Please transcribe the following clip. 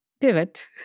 pivot